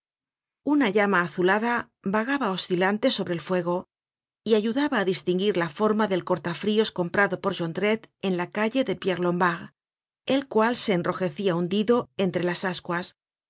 una llama azulada vagaba oscilante sobre el fuego y ayudaba á distinguir la forma del corta frios comprado por jondrette en la calle de pierre lombard el cual se enrojecia hundido entre las ascuas